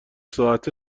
ساعته